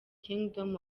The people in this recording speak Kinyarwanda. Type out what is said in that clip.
kingdom